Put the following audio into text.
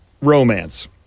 Romance